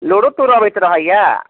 लोड़ो तोड़ो अबैत रहैया